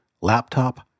laptop